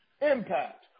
impact